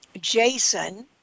Jason